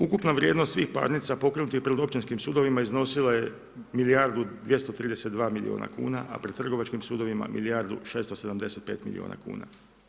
Ukupna vrijednost svih parnica pokrenutih pred općinskim sudovima iznosila je milijardu 232 milijuna kuna, a pred trgovačkim sudovima milijardu 675 milijuna kuna.